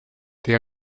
des